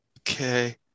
Okay